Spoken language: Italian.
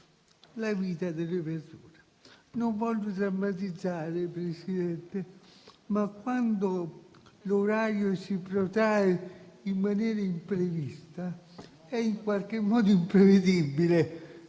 la vita delle persone. Non voglio drammatizzare, signor Presidente, ma quando l'orario si protrae in maniera imprevista è in qualche modo imprevedibile,